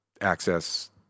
access